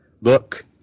Look